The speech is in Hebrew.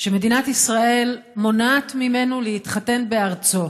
שמדינת ישראל מונעת ממנו להתחתן בארצו: